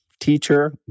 teacher